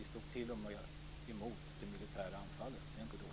Vi stod t.o.m. emot det militära anfallet. Det är inte dåligt.